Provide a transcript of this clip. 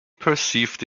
perceived